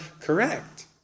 correct